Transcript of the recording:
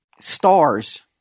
stars